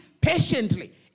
patiently